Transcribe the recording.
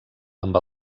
amb